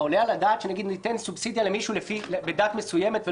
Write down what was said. היעלה על הדעת שניתן סובסידיה למישהו בדת מסוימת או